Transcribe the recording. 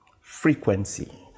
frequency